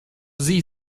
sie